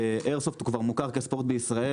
איירסופט כבר מוכר כספורט בישראל,